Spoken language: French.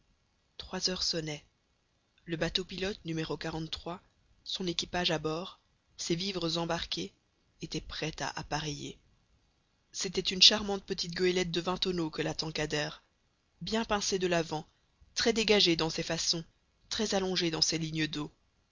trois heures sonnaient le bateau pilote n son équipage à bord ses vivres embarqués était prêt à appareiller c'était une charmante petite goélette de vingt tonneaux que la tankadère bien pincée de l'avant très dégagée dans ses façons très allongée dans ses lignes d'eau